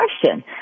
question